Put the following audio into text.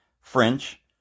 French